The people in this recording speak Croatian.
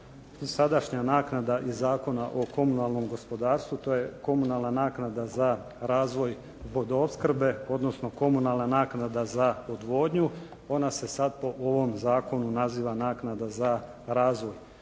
sadašnja naknada iz Zakona o komunalnom gospodarstvu, to je komunalna naknada za razvoj vodoopskrbe odnosno komunalna naknada za odvodnju. Ona se sad po ovom zakonu naziva naknada za razvoj.